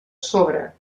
sobra